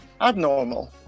abnormal